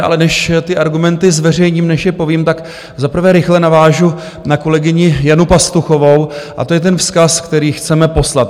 Ale než ty argumenty zveřejním, než je povím, tak za prvé rychle navážu na kolegyni Janu Pastuchovou, a to je ten vzkaz, který chceme poslat.